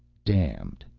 damned.